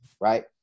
Right